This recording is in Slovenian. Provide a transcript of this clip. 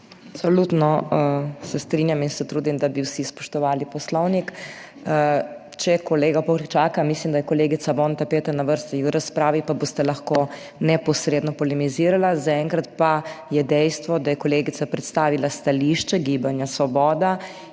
trudim, da bi vsi spoštovali Poslovnik. Če kolega / nerazumljivo/, mislim, da je kolegica Vonta peta na vrsti v razpravi, pa boste lahko neposredno polemizirala, zaenkrat pa je dejstvo, da je kolegica predstavila stališče Gibanja Svoboda,